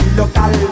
local